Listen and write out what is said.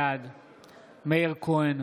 בעד מאיר כהן,